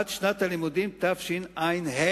עד לשנת הלימודים התשע"ה.